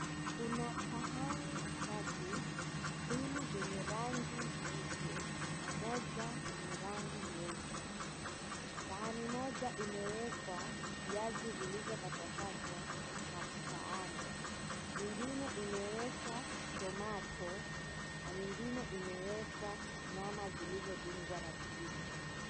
Kuna sahani tatu, mbili zenye rangi nyeupe na moja yenye rangi nyeusi, sahani moja imewekwa viazi vilivyo katwakatwa na kukaangwa, nyingine imewekwa tomato na nyingine imewekwa nyama zilizodungwa na vijiti.